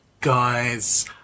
guys